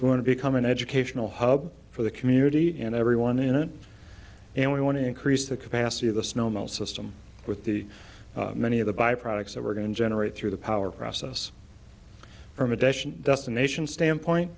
going to become an educational hub for the community and everyone in it and we want to increase the capacity of the snail mail system with the many of the by products that we're going generate through the power process from addition destination standpoint